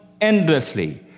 endlessly